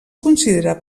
considera